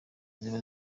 ziba